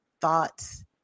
thoughts